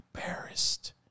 embarrassed